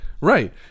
Right